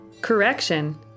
Correction